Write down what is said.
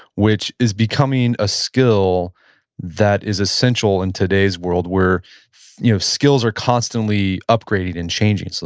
which is becoming a skill that is essential in today's world where you know skills are constantly upgrading and changing. so